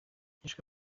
hishwe